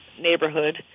neighborhood